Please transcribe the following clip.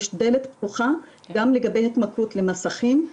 יש דלת פתוחה גם לגבי התמכרות למסכים,